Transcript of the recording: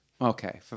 Okay